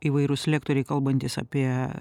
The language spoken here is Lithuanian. įvairūs lektoriai kalbantys apie